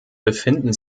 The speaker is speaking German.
befinden